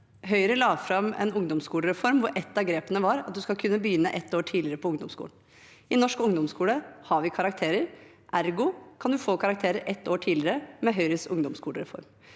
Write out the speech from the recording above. Høyre la fram en ungdomsskolereform hvor et av grepene var at man skal kunne begynne et år tidligere på ungdomsskolen. I norsk ungdomsskole har vi karakterer, ergo kan man få karakterer et år tidligere med Høyres ungdomsskolereform.